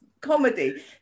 comedy